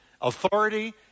authority